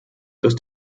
dass